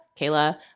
Kayla